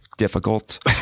Difficult